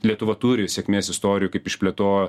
lietuva turi sėkmės istorijų kaip išplėtojo